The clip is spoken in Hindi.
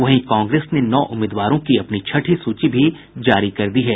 वहीं कांग्रेस ने नौ उम्मीदवारों की अपनी छठी सूची जारी कर दी है